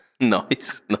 Nice